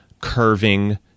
curving